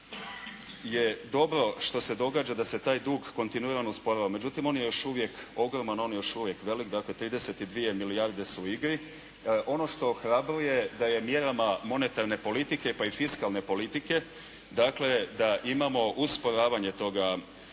da je dobro što se događa da se taj dug kontinuirano usporava. Međutim, on je još uvijek ogroman, on je još uvijek velik, dakle 32 milijarde su u igri. Ono što ohrabruje da je mjerama monetarne politike pa i fiskalne politike, dakle da imamo usporavanje toga